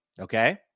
Okay